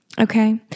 Okay